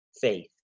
faith